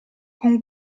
con